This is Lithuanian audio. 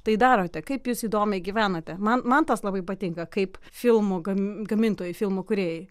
tai darote kaip jūs įdomiai gyvenate man man tas labai patinka kaip filmų gam gamintojai filmų kūrėjai